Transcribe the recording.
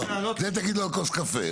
את זה תגיד לו על כוס קפה.